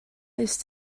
ist